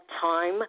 time